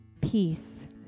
peace